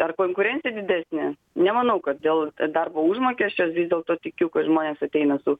ar konkurencija didesnė nemanau kad dėl darbo užmokesčio vis dėlto tikiu kad žmonės ateina su